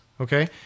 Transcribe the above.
Okay